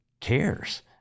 cares